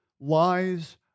lies